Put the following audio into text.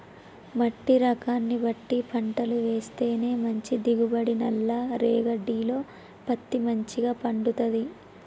మట్టి రకాన్ని బట్టి పంటలు వేస్తేనే మంచి దిగుబడి, నల్ల రేగఢీలో పత్తి మంచిగ పండుతది